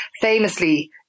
famously